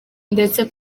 ndetse